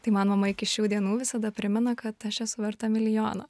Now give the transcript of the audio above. tai man mama iki šių dienų visada primena kad aš esu verta milijono